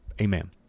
Amen